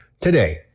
today